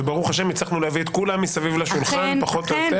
וברוך השם הצלחנו להביא את כולם סביב השולחן פחות או יותר.